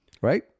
Right